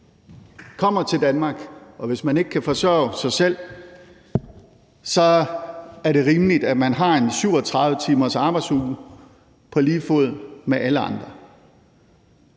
kommer til Danmark, og hvis man ikke kan forsørge sig selv, er det rimeligt, at man har en 37-timers arbejdsuge på lige fod med alle andre.